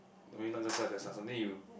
I mean not just life lessons something you